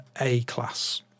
A-class